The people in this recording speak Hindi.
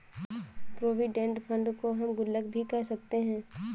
प्रोविडेंट फंड को हम गुल्लक भी कह सकते हैं